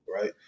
right